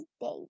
date